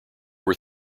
were